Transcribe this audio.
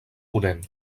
ponent